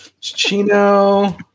Chino